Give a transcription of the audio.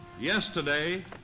Yesterday